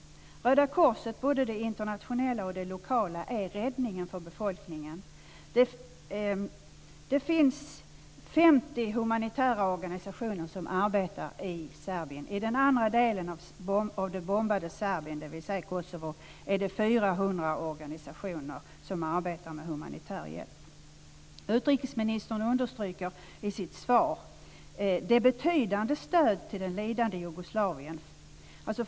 Röda korset - både det internationella och det lokala - är räddningen för befolkningen. Det finns 50 humanitära organisationer som arbetar i Serbien. I den andra delen av det bombade Serbien, dvs. Kosovo, arbetar 400 organisationer med humanitär hjälp. Utrikesministern understryker i sitt svar vilket betydande stöd det lidande Jugoslavien får.